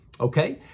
Okay